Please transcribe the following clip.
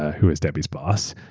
who was debbie's boss,